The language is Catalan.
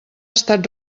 estat